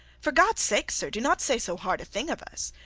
for god's sake, sir, do not say so hard a thing of us.